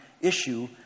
issue